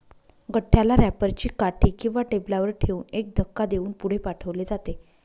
गठ्ठ्याला रॅपर ची काठी किंवा टेबलावर ठेवून एक धक्का देऊन पुढे पाठवले जाते